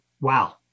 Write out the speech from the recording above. Wow